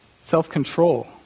self-control